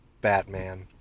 Batman